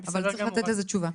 אבל צריך לתת לזה תשובה.